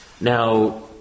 Now